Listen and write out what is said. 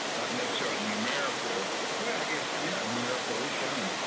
not necessarily numerical well i guess yeah numerical is shown,